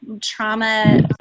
trauma